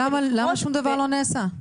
למה שום דבר לא נעשה?